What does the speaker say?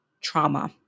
trauma